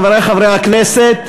חברי חברי הכנסת,